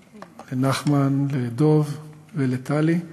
לנחמן, לדב ולטלי.